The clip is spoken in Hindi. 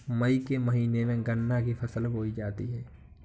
मई के महीने में गन्ना की फसल बोई जाती है